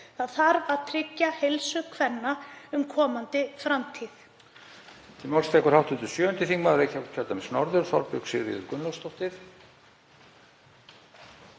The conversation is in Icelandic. Það þarf að tryggja heilsu kvenna um komandi framtíð.